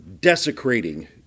desecrating